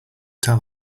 tell